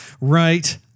Right